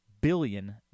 billion